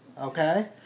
okay